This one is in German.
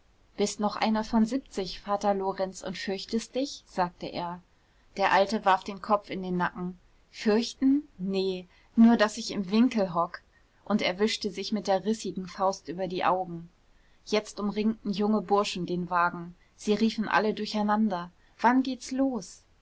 bist noch einer von siebzig vater lorenz und fürchtest dich sagte er der alte warf den kopf in den nacken fürchten ne nur daß ich im winkel hock und er wischte sich mit der rissigen faust über die augen jetzt umringten junge burschen den wagen sie riefen alle durcheinander wann geht's los